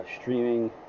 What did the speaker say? streaming